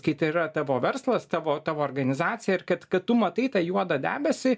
kai tai yra tavo verslas tavo tavo organizacija ir kad kad tu matai tą juodą debesį